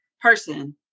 person